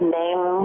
name